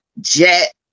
jet